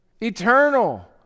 eternal